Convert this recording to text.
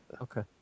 Okay